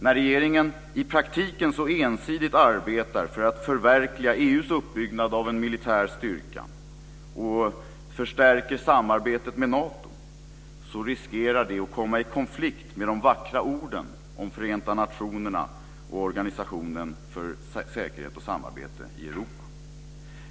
När regeringen i praktiken så ensidigt arbetar för att förverkliga EU:s uppbyggnad av en militär styrka och förstärker samarbetet med Nato, riskerar det att komma i konflikt med de vackra orden om Förenta nationerna och Organisationen för säkerhet och samarbete i Europa.